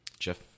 Jeff